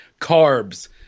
carbs